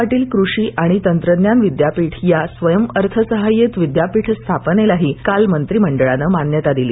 पाटील कृषी आणि तंत्रज्ञान विद्यापीठ या स्वंयअर्थसहाय्यित विद्यापीठ स्थापनेलाही काल मंत्रिमंडळानं मान्यता दिली